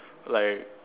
like